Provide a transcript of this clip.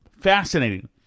Fascinating